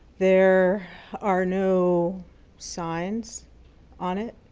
there are no signs on it.